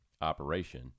operation